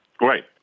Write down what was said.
Right